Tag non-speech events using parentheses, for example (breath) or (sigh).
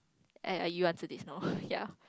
eh you answer this no (breath) ya